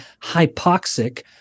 hypoxic